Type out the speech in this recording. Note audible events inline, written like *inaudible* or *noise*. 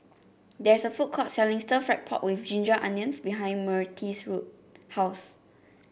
there is a food court selling stir fry pork with Ginger Onions behind Myrtis' *unintelligible* house